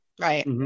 right